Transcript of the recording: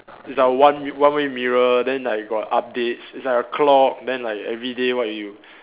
it's like one one way mirror then like got updates is like a clock then like everyday what you